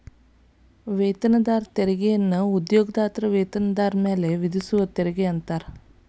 ವೇತನದಾರ ತೆರಿಗೆಯನ್ನ ಉದ್ಯೋಗದಾತರ ವೇತನದಾರ ಮೇಲೆ ವಿಧಿಸುವ ತೆರಿಗೆ ಅಂತಾರ